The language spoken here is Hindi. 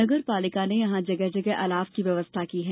नगरपालिका ने यहां जगह जगह अलाव की व्यवस्था की है